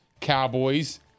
Cowboys